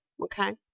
okay